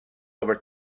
over